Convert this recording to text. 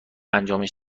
انجامش